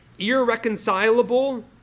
Irreconcilable